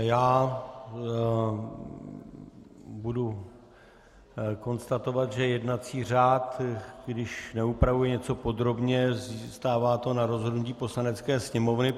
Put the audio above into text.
Já budu konstatovat, že jednací řád, když neupravuje něco podrobně, zůstává to na rozhodnutí Poslanecké sněmovny.